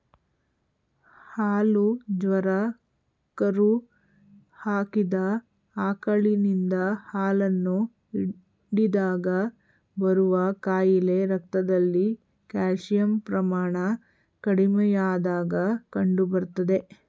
ಹಾಲು ಜ್ವರ ಕರು ಹಾಕಿದ ಆಕಳಿನಿಂದ ಹಾಲನ್ನು ಹಿಂಡಿದಾಗ ಬರುವ ಕಾಯಿಲೆ ರಕ್ತದಲ್ಲಿ ಕ್ಯಾಲ್ಸಿಯಂ ಪ್ರಮಾಣ ಕಡಿಮೆಯಾದಾಗ ಕಂಡುಬರ್ತದೆ